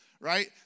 right